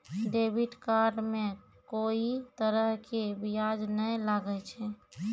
debit card मे कोई तरह के ब्याज नाय लागै छै